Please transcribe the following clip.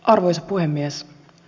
arvoisa puhemies